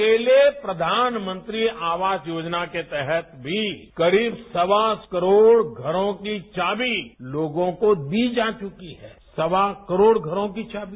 अकेले प्रधानमंत्री आवास योजना के तहत भी करीब सवा सौ करोड़ घरों की चाबी लगी दी जा चुकी है सवा सौ करोड़ घरों की चाबी